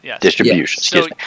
Distribution